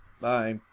Bye